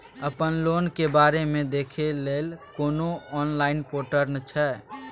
अपन लोन के बारे मे देखै लय कोनो ऑनलाइन र्पोटल छै?